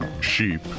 sheep